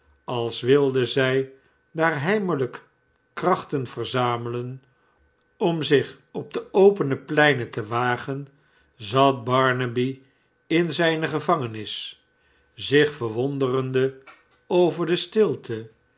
als wilde zij daar heimelijk krachten verzamelen om zich op de opene pleinen te wagen zat barnaby in zijne gevangenis zich verwonderende over de stilte